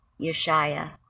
Yeshaya